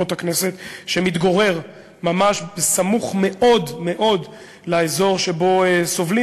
שמתגורר ממש סמוך מאוד לאזור שבו סובלים